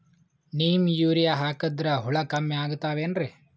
Neem urea ಹಾಕದ್ರ ಹುಳ ಕಮ್ಮಿ ಆಗತಾವೇನರಿ?